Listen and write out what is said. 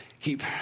keep